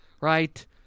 right